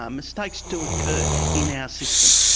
um mistakes do occur in our system.